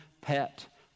pet